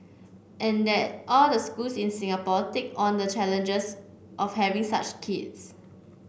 and that all the schools in Singapore take on the challenges of having such kids